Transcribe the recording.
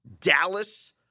Dallas